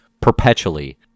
perpetually